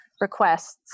requests